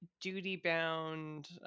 duty-bound